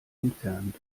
entfernt